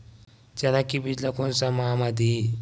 चना के बीज ल कोन से माह म दीही?